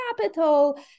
capital